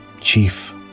chief